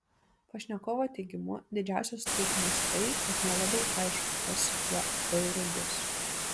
pašnekovo teigimu didžiausias trūkumas tai kad nelabai aišku kas su tuo euru bus